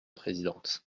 présidente